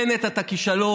בנט, אתה כישלון.